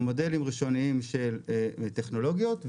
מודלים ראשוניים של טכנולוגיות,